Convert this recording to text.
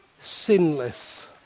sinless